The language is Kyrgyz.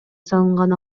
салынган